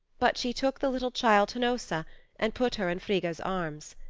but she took the little child hnossa and put her in frigga's arms.